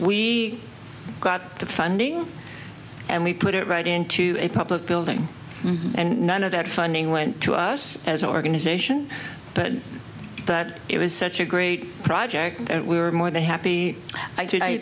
we got the funding and we put it right into a public building and none of that funding went to us as an organization but but it was such a great project we were more than happy to tell you